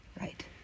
Right